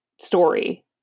story